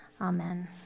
Amen